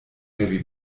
heavy